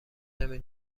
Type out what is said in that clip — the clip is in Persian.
نمی